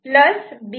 B B